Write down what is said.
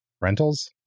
rentals